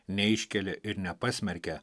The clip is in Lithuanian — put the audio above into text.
neiškelia ir nepasmerkia